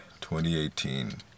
2018